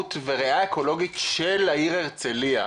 תרבות וריאה אקולוגית של העיר הרצליה.